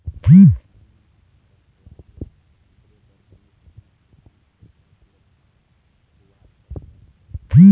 किसान मन ल खरपतवार ले उबरे बर बनेच मेहनत के संग पइसा घलोक खुवार करे बर परथे